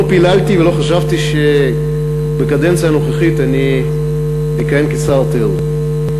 לא פיללתי ולא חשבתי שבקדנציה הנוכחית אני אכהן כשר התיירות.